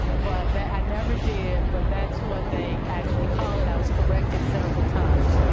but but i never did, but that's what they actually call it. i was corrected several times.